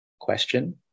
question